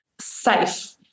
safe